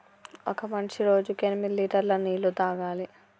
ఒక మనిషి రోజుకి ఎనిమిది లీటర్ల నీళ్లు తాగాలి